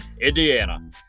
Indiana